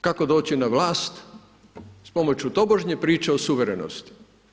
Kako doći na vlast s pomoć tobožnje priče o suvremenosti.